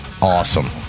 awesome